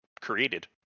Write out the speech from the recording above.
created